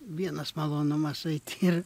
vienas malonumas eiti ir